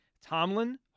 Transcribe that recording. Tomlin